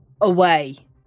away